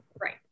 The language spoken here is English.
Right